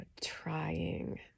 trying